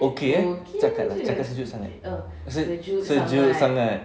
okay eh cakap cakap sejuk sangat